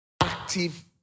active